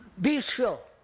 be sure,